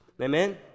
Amen